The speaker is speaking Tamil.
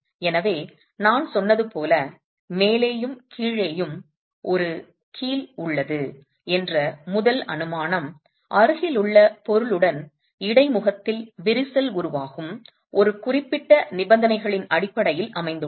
எனவே நான் சொன்னது போல மேலேயும் கீழேயும் ஒரு கீல் உள்ளது என்ற முதல் அனுமானம் அருகிலுள்ள பொருளுடன் இடைமுகத்தில் விரிசல் உருவாகும் ஒரு குறிப்பிட்ட நிபந்தனைகளின் அடிப்படையில் அமைந்துள்ளது